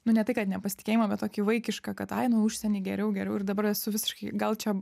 nu ne tai kad nepasitikėjimą bet tokį vaikišką kad ai nu užsieny geriau geriau ir dabar esu visiškai gal čia